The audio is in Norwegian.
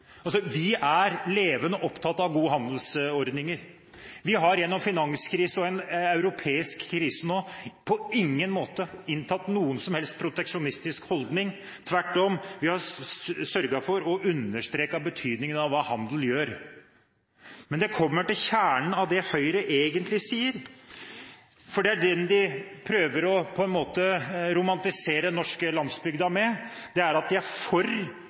Vi er levende opptatt av gode handelsordninger. Vi har gjennom finanskrise og en europeisk krise nå på ingen måte inntatt noen som helst proteksjonistisk holdning. Tvert om: Vi har sørget for å understreke betydningen av hva handel gjør. Men når det kommer til kjernen av det Høyre egentlig sier – det er det de på en måte prøver å romantisere den norske landsbygda med – er de for importvern når det gjelder landbruksprodukter. Men de er ikke mer for